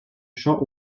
chant